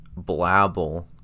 blabble